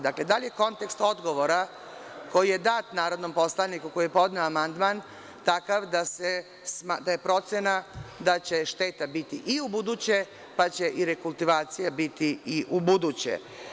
Da li je kontekst odgovora koji je dat narodnom poslaniku koji je podneo amandman takav da je procena da će šteta biti i u buduće pa će i rekultivacija biti i u buduće?